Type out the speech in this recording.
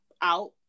out